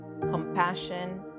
compassion